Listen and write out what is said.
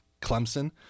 Clemson